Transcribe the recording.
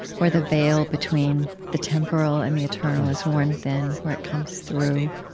where the veil between the temporal and the eternal has worn thin, where it comes through.